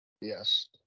Yes